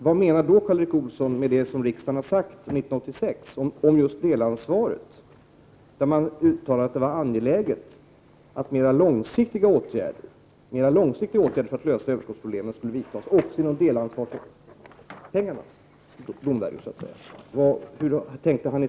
Vad har då Karl Erik Olsson att säga om riksdagens uttalande 1986 om delansvaret, att det var angeläget att mer långsiktiga åtgärder skulle vidtas för att lösa överskottsproblemen också när det gäller delansvarspengarna?